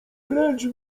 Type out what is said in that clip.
precz